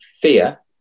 fear